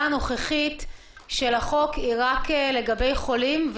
הנוכחית של החוק היא רק לגבי חולים,